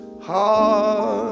heart